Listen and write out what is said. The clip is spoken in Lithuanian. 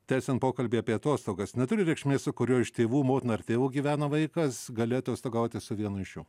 tęsiant pokalbį apie atostogas neturi reikšmės su kuriuo iš tėvų motina ar tėvu gyveno vaikas galėtų atostogauti su vienu iš jų